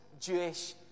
Jewish